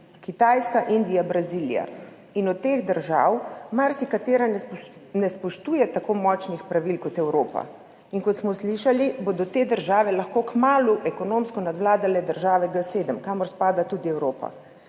Kitajska, Indija, Brazilija so vedno močnejše in od teh držav marsikatera ne spoštuje tako močnih pravil kot Evropa in, kot smo slišali, bodo te države lahko kmalu ekonomsko nadvladale države G7, kamor spada tudi Evropa.